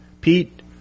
Pete